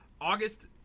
august